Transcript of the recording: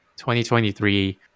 2023